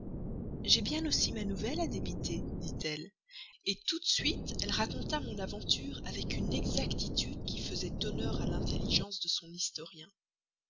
j'ai bien aussi ma nouvelle à débiter dit-elle tout de suite elle raconta mon aventure avec une exactitude qui faisait honneur à l'intelligence de son historien